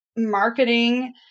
Marketing